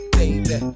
baby